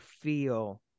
feel